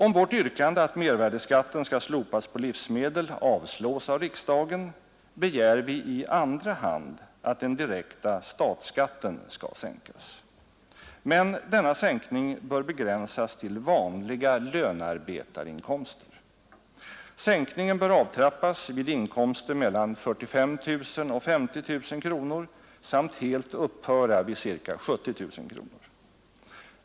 Om vårt yrkande att mervärdeskatten skall slopas på livsmedel avslås av riksdagen, begär vi i andra hand att den direkta statsskatten skall sänkas. Men denna sänkning bör begränsas till vanliga lönarbetarinkomster. Sänkningen bör avtrappas vid inkomster mellan 45 000 och 50 000 kronor samt helt upphöra vid 70 000 kronor.